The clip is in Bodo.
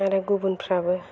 आरो गुबुनफ्राबो